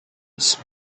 was